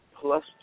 plus